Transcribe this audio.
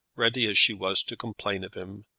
ready as she was to complain of him,